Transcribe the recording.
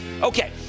Okay